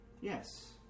Yes